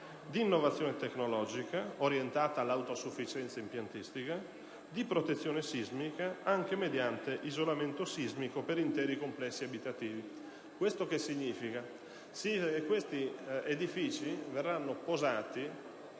innovazione tecnologica orientata all'autosufficienza impiantistica e protezione sismica anche mediante isolamento sismico per interi complessi abitativi. Questo significa che gli edifici verranno posati